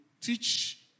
teach